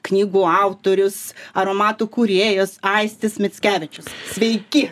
knygų autorius aromatų kūrėjas aistis mickevičius sveiki